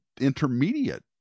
intermediate